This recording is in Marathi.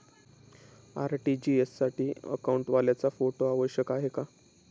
आर.टी.जी.एस साठी अकाउंटवाल्याचा फोटो आवश्यक आहे का?